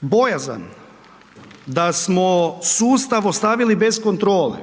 Bojazan da smo sustav ostavili bez kontrole